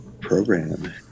program